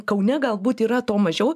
kaune galbūt yra to mažiau